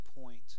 point